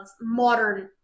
modern